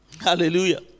Hallelujah